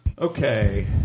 Okay